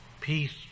peace